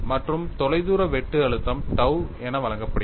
மற்றும் தொலைதூர வெட்டு அழுத்தம் tau என வழங்கப்படுகிறது